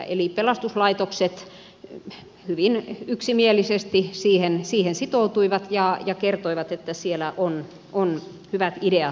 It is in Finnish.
eli pelastuslaitokset hyvin yksimielisesti siihen sitoutuivat ja kertoivat että siellä on hyvät ideat jo tätä varten